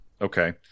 okay